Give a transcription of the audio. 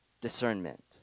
discernment